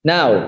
Now